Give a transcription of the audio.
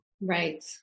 right